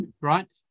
right